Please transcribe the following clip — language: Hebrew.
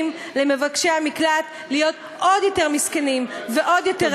למבקשי המקלט להיות עוד יותר מסכנים ועוד יותר עניים,